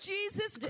Jesus